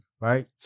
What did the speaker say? Right